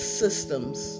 systems